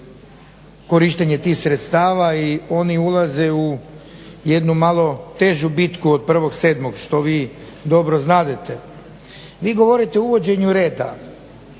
korištenje tih sredstava i oni ulaze u jednu malo težu bitku od 1.7. što vi dobro znadete. Vi govorite o uvođenju reda,